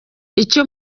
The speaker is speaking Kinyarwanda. icyo